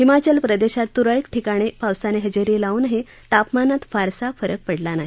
हिमाचल प्रदेशात तुरळक ठिकाणी पावसाने हजेरी लावूनही तापमानात फारसा फरक पडला नाही